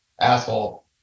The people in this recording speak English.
asshole